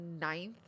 ninth